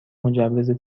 مجوز